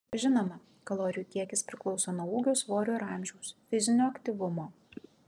žinoma kalorijų kiekis priklauso nuo ūgio svorio ir amžiaus fizinio aktyvumo